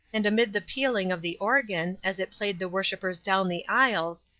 and amid the pealing of the organ, as it played the worshipers down the aisles,